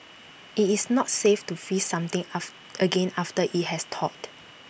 IT is not safe to freeze something again after IT has thawed